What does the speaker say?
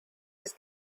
was